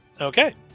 Okay